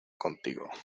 contigo